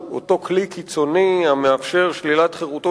שהוא אותו כלי קיצוני המאפשר שלילת חירותו